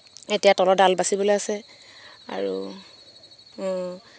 এতিয়া তলৰ ডাল বাচিবলৈ আছে আৰু